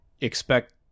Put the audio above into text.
expect